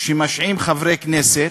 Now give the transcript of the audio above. שמשעים חברי כנסת,